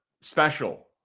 special